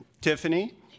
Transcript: Tiffany